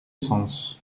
sens